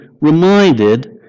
reminded